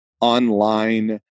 online